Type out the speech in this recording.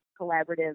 collaborative